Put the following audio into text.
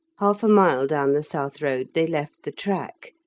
half a mile down the south road they left the track,